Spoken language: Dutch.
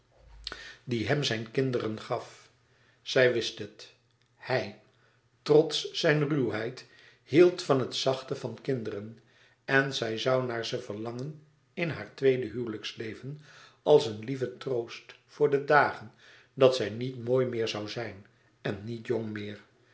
die hem zijn kinderen gaf zij wist het hij trots zijn ruwheid hield van het zachte van kinderen en zij zoû naar ze verlangen in haar tweede huwelijksleven als een lieve troost voor de dagen dat zij niet mooi meer zoû zijn en niet jong meer